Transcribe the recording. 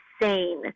insane